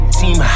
team